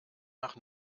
nach